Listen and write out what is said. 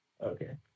Okay